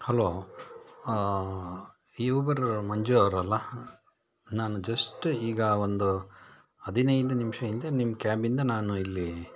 hello ಈ Uber Manju ಅವ್ರು ಅಲ್ಲಾ ನಾನು ಜಸ್ಟ್ ಈಗ ಒಂದು ಹದಿನೈದು ನಿಮಿಷ ಹಿಂದೆ ನಿಮ್ಮ ಕ್ಯಾಬಿಂದ ನಾನು ಇಲ್ಲಿ